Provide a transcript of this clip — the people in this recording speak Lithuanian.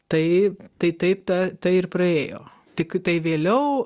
tai tai taip ta ta ir praėjo tiktai vėliau